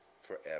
forever